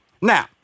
Now